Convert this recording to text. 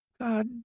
God